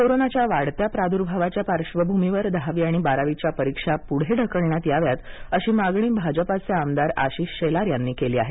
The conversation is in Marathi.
कोरोनाच्या वाढत्या प्रदुर्भावाच्या पार्श्वभूमीवर दहावी आणि बारावीच्या परीक्षा पुढे ढकलण्यात याव्यात अशी मागणी भाजपाचे आमदार आशिष शेलार यांनी केली आहे